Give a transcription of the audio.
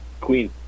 Queen